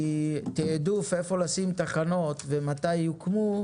כי תיעדוף איפה לשים תחנות ומתי יוקמו,